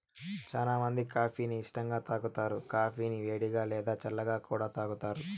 చానా మంది కాఫీ ని ఇష్టంగా తాగుతారు, కాఫీని వేడిగా, లేదా చల్లగా కూడా తాగుతారు